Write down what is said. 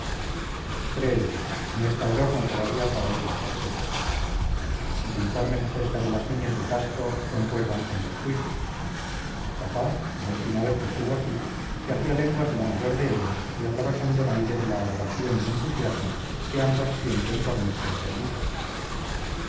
créelo no está el horno todavía para esos pasteles mis informes acerca de las niñas de castro concuerdan con los tuyos papá la última vez que estuvo aquí se hacía lenguas de la mayor de ellas y hablaba con donaire de la adoración y entusiasmo que ambas sienten por nuestro enfermito